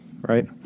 right